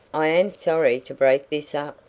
i am sorry to break this up,